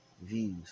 views